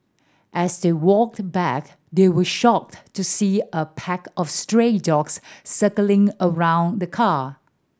as they walked back they were shocked to see a pack of stray dogs circling around the car